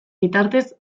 bitartez